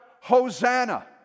Hosanna